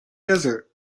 desert